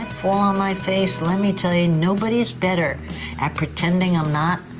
um fall on my face, let me tell you nobody's better at pretending i'm not,